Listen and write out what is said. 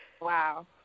Wow